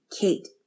Kate